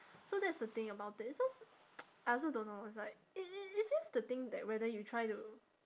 so that's the thing about it so I also don't know it's like it it it's just the thing that whether you try to